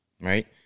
right